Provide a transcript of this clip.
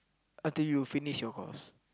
until you finish your course